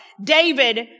David